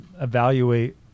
evaluate